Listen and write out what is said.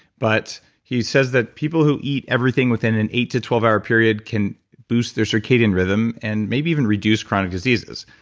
but he says that people who eat everything within an eight to twelve hour period can boost their circadian rhythm and maybe even reduce chronic diseases.